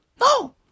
No